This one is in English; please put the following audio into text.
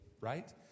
right